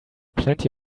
plenty